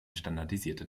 standardisierte